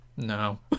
No